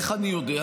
איך אני יודע?